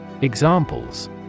Examples